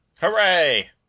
Hooray